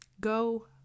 Go